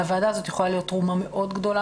לוועדה הזאת יכולה להיות תרומה מאוד גדולה